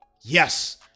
Yes